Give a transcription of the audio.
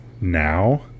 now